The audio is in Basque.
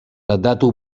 datu